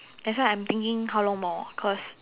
that's why I'm thinking how long more cause